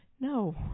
no